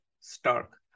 stark